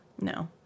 No